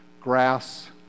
Grass